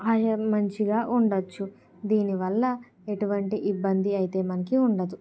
ఆయా మంచిగా ఉండవచ్చు దీనివల్ల ఎటువంటి ఇబ్బంది అయితే మనకి ఉండదు